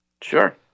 Sure